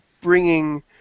bringing